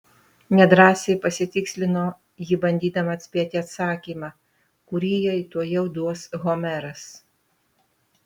nedrąsiai pasitikslino ji bandydama atspėti atsakymą kurį jai tuojau duos homeras